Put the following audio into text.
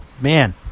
man